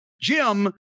Jim